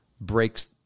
breaks